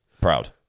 proud